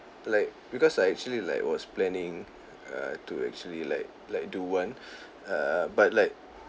like because I actually like was planning err to actually like like do one err but like